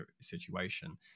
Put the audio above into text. situation